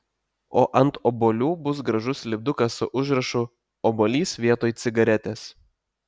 o ant obuolių bus gražus lipdukas su užrašu obuolys vietoj cigaretės